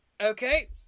okay